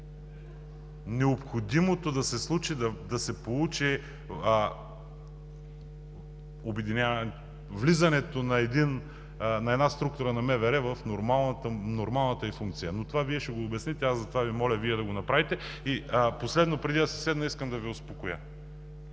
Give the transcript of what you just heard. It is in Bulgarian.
необходимото да се случи, да се получи влизането на една структура на МВР в нормалната ѝ функция. Това Вие ще го обясните, затова Ви моля Вие да го направите. Последно, преди да си седна, искам да Ви успокоя.